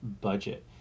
budget